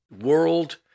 world